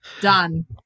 Done